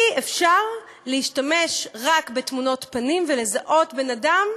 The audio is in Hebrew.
אי-אפשר להשתמש רק בתמונות פנים ולזהות בן-אדם,